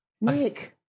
nick